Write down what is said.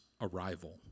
arrival